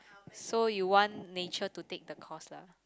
so you want nature to take the course lah